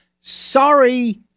Sorry